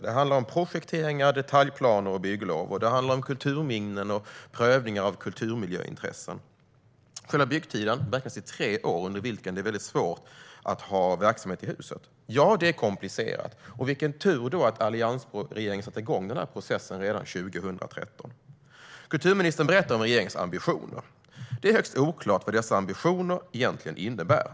Det handlar om projekteringar, detaljplaner och bygglov. Det handlar om kulturminnen och prövningar av kulturmiljöintressen. Själva byggtiden beräknas till tre år, under vilken det kommer att vara svårt att ha verksamhet i huset. Det är komplicerat, ja. Vilken tur då att alliansregeringen satte igång processen redan 2013! Kulturministern berättar om regeringens ambitioner. Det är högst oklart vad dessa ambitioner egentligen innebär.